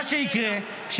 מה יקרה?